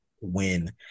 win